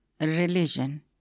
religion